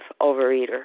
overeater